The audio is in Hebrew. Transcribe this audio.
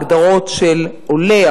ההגדרות של עולה,